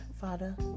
Father